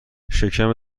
شکم